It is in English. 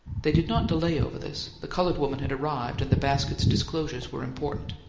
they did not delay over this the coloured woman had arrived, and the basket's disclosures were important.